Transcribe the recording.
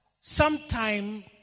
sometime